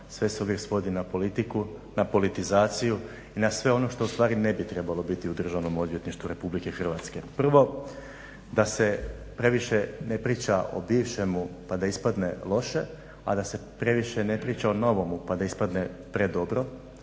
sve se uvijek svodi na politiku, na politizaciju i na sve ono što ustvari ne bi trebalo biti u državnom odvjetništvu RH. Prvo, da se previše ne priča o bivšemu pa da ispadne loše a da se previše ne priča o novome pa da ne ispadne predobro,